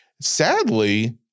Sadly